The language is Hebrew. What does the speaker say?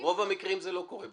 ברוב המקרים זה לא קורה בטח.